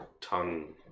tongue